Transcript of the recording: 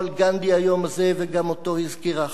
וגם אותו הזכירה חברת הכנסת לבני,